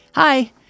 Hi